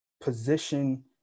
position